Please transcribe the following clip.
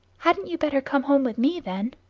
hadn't you better come home with me, then?